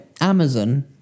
Amazon